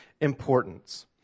importance